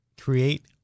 create